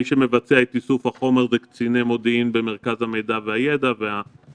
קציני המודיעין במרכז המידע והידע מבצעים את איסוף החומר,